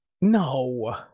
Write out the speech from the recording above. No